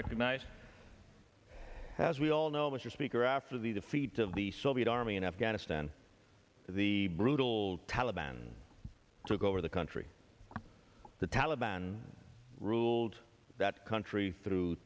recognize as we all know mr speaker after the defeat of the soviet army in afghanistan the brutal taliban took over the country the taliban ruled that country through